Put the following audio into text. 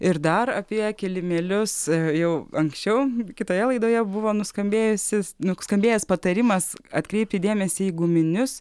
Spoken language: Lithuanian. ir dar apie kilimėlius jau anksčiau kitoje laidoje buvo nuskambėjusi nuskambėjęs patarimas atkreipti dėmesį į guminius